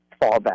fallback